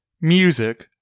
music